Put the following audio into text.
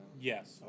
Yes